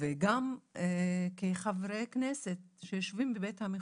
וגם כחברי כנסת שיושבים בבית המחוקקים,